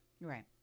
Right